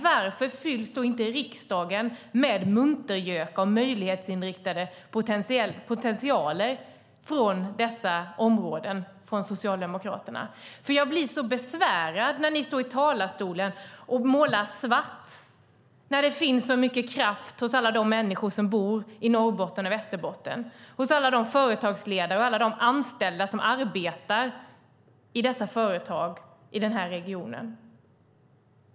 Varför finns det då inte i riksdagen mer muntergökar med möjlighetsinriktade potentialer från dessa områden bland Socialdemokraterna? Jag blir så besvärad när ni står i talarstolen och målar svart, när det finns så mycket kraft hos alla de människor som bor i Norrbotten och Västerbotten, hos alla de företagsledare och alla de anställda som arbetar i dessa företag i den här regionen.